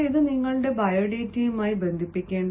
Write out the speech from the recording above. പക്ഷേ ഇത് നിങ്ങളുടെ ബയോഡാറ്റയുമായി ബന്ധിപ്പിക്കുക